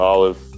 Olive